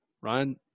Ryan